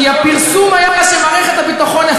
כי הפרסום היה שמערכת הביטחון,